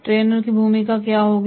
trainer की भूमिका क्या होगी